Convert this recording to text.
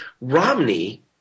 Romney